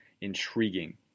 intriguing